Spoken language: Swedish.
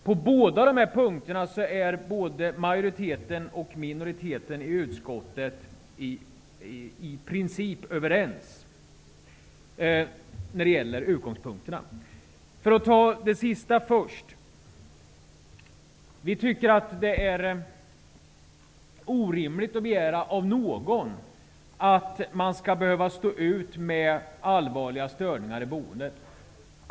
På båda dessa punkter är minoriteten och majoriteten i utskottet i princip överens. För att ta det sista först: Vi tycker att det är orimligt att begära av någon att man skall behöva stå ut med allvarliga störningar i boendet.